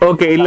Okay